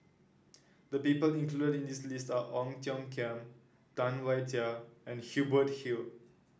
the people included in this list are Ong Tiong Khiam Tam Wai Jia and Hubert Hill